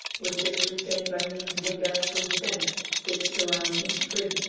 which is retained by means of a gas-proof tent pitched around each tree.